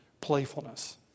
playfulness